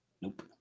Nope